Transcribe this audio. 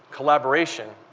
collaboration,